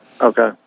Okay